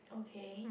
okay